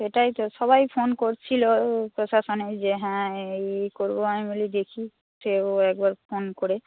সেটাই তো সবাই ফোন করছিল প্রশাসনে যে হ্যাঁ এই এই করব আমি বলি দেখি একবার ফোন করে